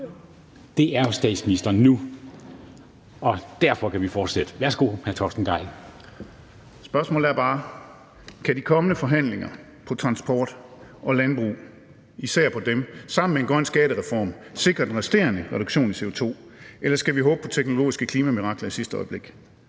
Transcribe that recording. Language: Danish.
Det er statsministeren nu, og derfor kan vi fortsætte. Værsgo, hr. Torsten Gejl. Kl. 19:03 (Ordfører) Torsten Gejl (ALT): Spørgsmålet er bare: Kan de kommende forhandlinger på områderne transport og landbrug, især på dem, sammen med en grøn skattereform sikre de resterende reduktioner i CO2, eller skal vi håbe på teknologiske klimamirakler i sidste øjeblik?